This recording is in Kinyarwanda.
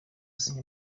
asinya